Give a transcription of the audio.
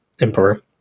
Emperor